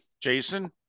Jason